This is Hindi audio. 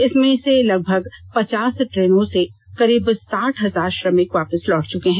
इसमें से लगभग पचास ट्रेनों से करीब साठ हजार श्रमिक वापस लौट चुके हैं